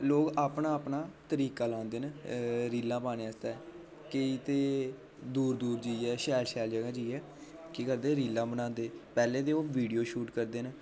लोक अपना अपना तरीका लांदे न रीलां पान्ने आस्तै केईं ते दूर दूर जेइयै शैल शैल जगह् जेइयै केह् करदे रीलां बनांदे पैह्ले ते ओह् वीडियो शूट करदे न